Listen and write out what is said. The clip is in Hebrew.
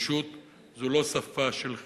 נגישות זו לא שפה של חסד,